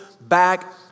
back